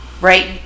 right